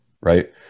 right